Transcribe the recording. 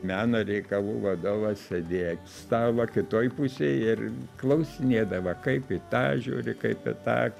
meno reikalų vadovas sėdėjo stalo kitoj pusėj ir klausinėdavo kaip į tą žiūri kaip į tą